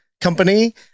company